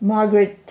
Margaret